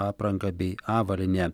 apranga bei avalyne